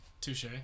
Touche